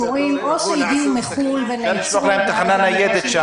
או שהגיעו מחו"ל ונעצרו --- אפשר לשלוח להם תחנה ניידת.